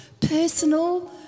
personal